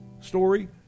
story